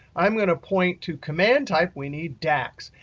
i'm going to point to command type. we need dax.